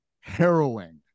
harrowing